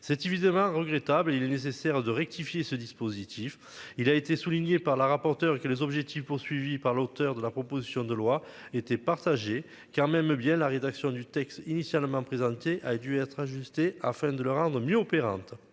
C'est évidemment regrettable et il est nécessaire de rectifier ce dispositif. Il a été souligné par la rapporteure que les objectifs poursuivis par l'auteur de la proposition de loi était partagé quand même bien la rédaction du texte initialement présenté a dû être ajustés afin de le rendre au mieux opérante.